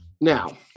Now